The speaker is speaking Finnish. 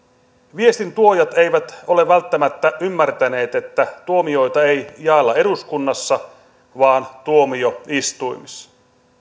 viestin tuojat eivät ole välttämättä ymmärtäneet että tuomioita ei jaella eduskunnassa vaan tuomioistuimissa